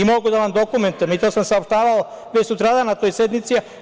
Mogu i da vam dokumentujem i to sam saopštavao već sutradan na toj sednici.